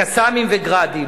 "קסאמים" ו"גראדים",